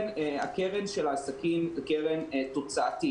הקרן של העסקים היא קרן תוצאתית.